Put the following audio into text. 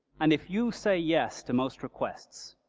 and if you say yes to most requests,